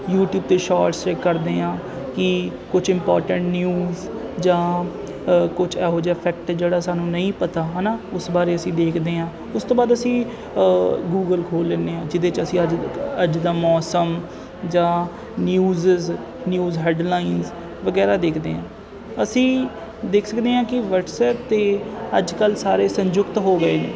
YouTube 'ਤੇ shorts check ਕਰਦੇ ਹਾਂ ਕਿ ਕੁਛ ਇਮਪੋਰਟੈਂਟ ਨਿਊਜ਼ ਜਾਂ ਕੁਛ ਇਹੋ ਜਿਹਾ ਫੈਕਟ ਜਿਹੜਾ ਸਾਨੂੰ ਨਹੀਂ ਪਤਾ ਹੈ ਨਾ ਉਸ ਬਾਰੇ ਅਸੀਂ ਦੇਖਦੇ ਹਾਂ ਉਸ ਤੋਂ ਬਾਅਦ ਅਸੀਂ ਗੂਗਲ ਖੋਲ੍ਹ ਲੈਂਦੇ ਹਾਂ ਜਿਹਦੇ 'ਚ ਅਸੀਂ ਅੱਜ ਅੱਜ ਦਾ ਮੌਸਮ ਜਾਂ ਨਿਊਜ਼ਜ਼ ਨਿਊਜ਼ ਹੈਡਲਾਈਨ ਵਗੈਰਾ ਦੇਖਦੇ ਹਾਂ ਅਸੀਂ ਦੇਖ ਸਕਦੇ ਹਾਂ ਕਿ ਵਟਸਐਪ 'ਤੇ ਅੱਜ ਕੱਲ੍ਹ ਸਾਰੇ ਸੰਯੁਕਤ ਹੋ ਗਏ